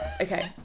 okay